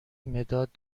مداد